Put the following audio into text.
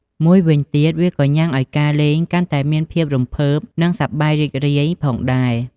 មួយវិញទៀត វាក៏ញុាំងឱ្យការលេងកាន់តែមានភាពរំភើប និង សប្បាយរីករាយផងដែរ។